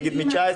נגיד מ-19,